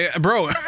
bro